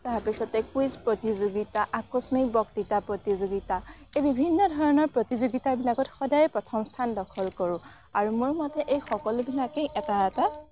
তাৰপিছতে কুইজ প্ৰতিযোগিতা আকস্মিক বক্তৃতা প্ৰতিযোগিতা এই বিভিন্ন ধৰণৰ প্ৰতিযোগিতাবিলাকত সদায় প্ৰথম স্থান দখল কৰোঁ আৰু মোৰ মতে এই সকলোবিলাকেই এটা এটা